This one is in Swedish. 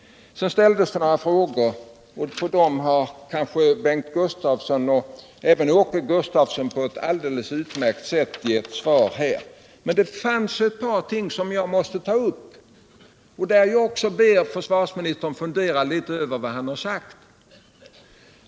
Sedan ställdes det några frågor, och en del av dem har Bengt Gustavsson och även Åke Gustavsson på ett alldeles utmärkt sätt besvarat. Men det är ett Försvarspolitiken, par ting som jag också måste ta upp. Jag skulle på de punkterna också vilja be försvarsministern fundera litet över vad han har sagt.